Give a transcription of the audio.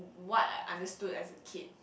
what I understood as a kid